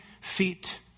feet